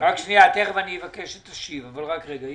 רק שנייה, תיכף אני אבקש שתשיב, אבל קודם ינון.